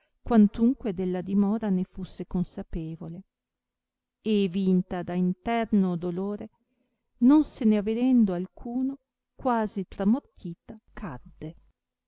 quantunque della dimora ne fusse consapevole e vinta da interno dolore non se ne avedendo alcuno quasi tramortita cadde